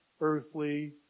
earthly